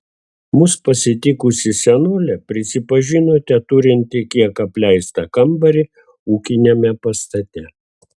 mus pasitikusi senolė prisipažino teturinti kiek apleistą kambarį ūkiniame pastate